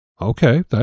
Okay